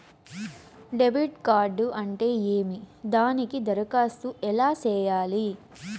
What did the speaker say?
debit card అంటే ఏమి దానికి దరఖాస్తు ఎలా సేయాలి